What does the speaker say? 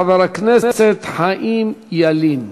חבר הכנסת חיים ילין.